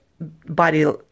body